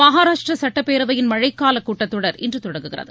மகாராஷ்ட்டிர சுட்டப்பேரவையின் மழைக்காலக் கூட்டத்தொடர் இன்று தொடங்குகிறது